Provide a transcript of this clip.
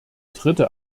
dritte